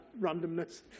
randomness